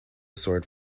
sword